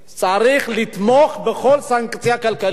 צריך לתמוך בכל סנקציה כלכלית.